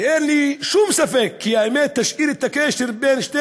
אין לי שום ספק כי האמת תשאיר את הקשר בין שתי